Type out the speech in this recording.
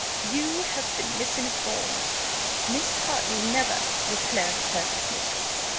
you have been misinformed miss hartley never was clarence hervey's mistress.